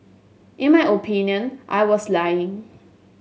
in my opinion I was lying